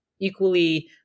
equally